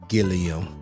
Gilliam